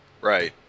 right